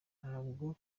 ntabwo